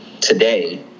today